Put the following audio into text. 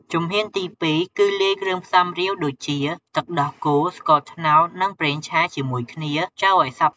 ជំហានទី ២ គឺលាយគ្រឿងផ្សំរាវ ដូចជា ទឹកដោះគោ ស្ករត្នោត និងប្រេងឆា ជាមួយគ្នាចូលឲ្យសព្វ។